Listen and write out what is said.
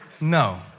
No